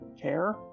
care